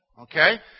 Okay